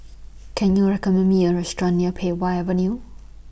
Can YOU recommend Me A Restaurant near Pei Wah Avenue